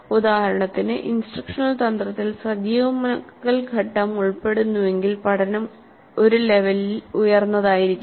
ഉദാഹരണത്തിന് ഇൻസ്ട്രക്ഷണൽ തന്ത്രത്തിൽ സജീവമാക്കൽ ഘട്ടം ഉൾപ്പെടുന്നുവെങ്കിൽ പഠനം ഒരു ലെവൽ ഉയർന്നതായിരിക്കും